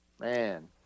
man